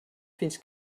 fins